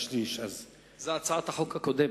זו הצעת החוק הקודמת.